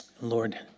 Lord